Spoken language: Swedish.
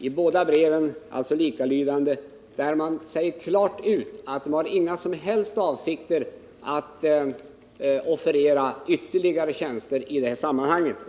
I breven sägs klart ut att man inte har några som helst avsikter att offerera ytterligare tjänster i detta sammanhang.